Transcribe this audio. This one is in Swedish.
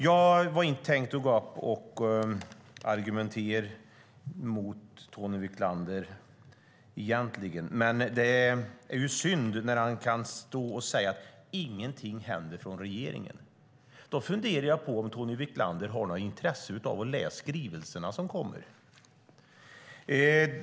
Jag hade inte tänkt gå upp och argumentera mot Tony Wiklander egentligen, men det är synd att han kan säga att ingenting händer från regeringens sida. Då funderar jag på om Tony Wiklander har något intresse av att läsa skrivelserna som kommer.